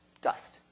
dust